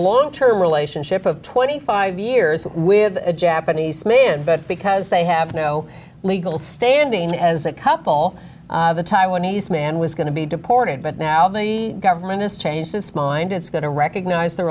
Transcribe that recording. long term relationship of twenty five years with a japanese man but because they have no legal standing as a couple the taiwanese man was going to deported but now the government has changed its mind it's going to recognize the